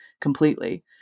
completely